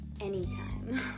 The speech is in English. anytime